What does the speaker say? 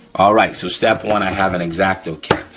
all right, so step one. i have an x-acto kit.